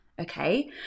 okay